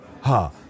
ha